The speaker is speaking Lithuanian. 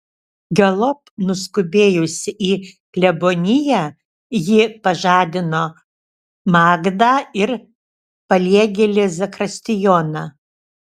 galop nuskubėjusi į kleboniją ji pažadino magdą ir paliegėlį zakristijoną